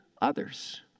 others